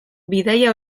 bidaia